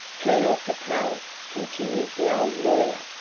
colonel capel, continued the old lawyer,